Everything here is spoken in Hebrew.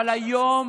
אבל היום